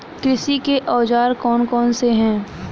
कृषि के औजार कौन कौन से हैं?